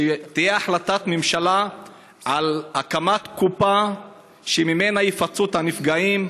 שתהיה החלטת ממשלה על הקמת קופה שממנה יפצו את הנפגעים,